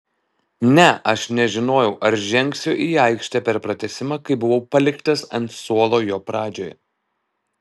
ne aš nežinojau ar žengsiu į aikštę per pratęsimą kai buvau paliktas ant suolo jo pradžioje